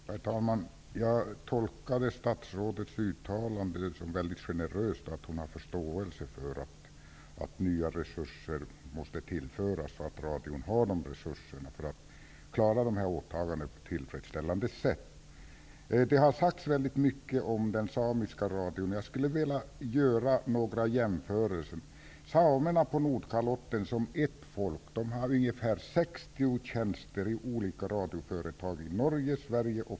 Herr talman! Jag tolkade statsrådets uttalande som mycket generöst och som att hon har förståelse för att nya resurser måste tillföras för att radion skall kunna klara dessa åtaganden på ett tillfredsställande sätt. Det har sagts väldigt mycket om den samiska radion. Jag skulle vilja göra några jämförelser. Finland.